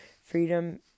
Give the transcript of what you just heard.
freedom